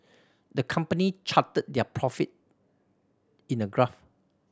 the company charted their profit in a graph